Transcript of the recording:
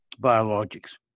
biologics